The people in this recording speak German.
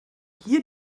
hier